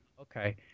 Okay